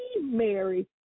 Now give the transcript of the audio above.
Mary